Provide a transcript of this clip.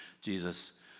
Jesus